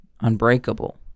Unbreakable